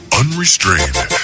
unrestrained